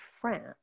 France